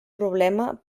problema